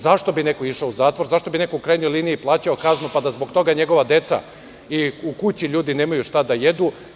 Zašto bi neko išao u zatvor, zašto bi neko, u krajnjoj liniji, plaćao kaznu, pa da zbog toga njegova deca ili ljudi u kući nemaju šta da jedu?